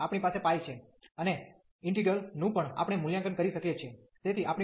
તેથી આપણી પાસે પાઇ છે અને ઈન્ટિગ્રલ નું પણ આપણે મૂલ્યાંકન કરી શકીએ છીએ